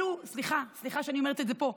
סליחה שאני אומרת את זה פה,